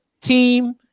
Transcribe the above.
team